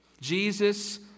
Jesus